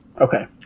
Okay